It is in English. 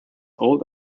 old